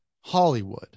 hollywood